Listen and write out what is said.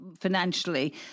financially